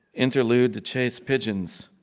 interlude to chase pigeons.